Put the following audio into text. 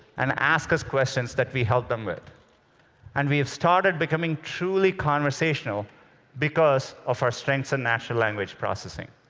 and ask us questions that we help them with and we have started becoming truly conversational because of our strengths in natural language processing.